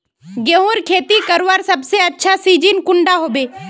गेहूँर खेती करवार सबसे अच्छा सिजिन कुंडा होबे?